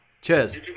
Cheers